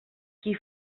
qui